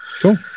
cool